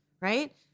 right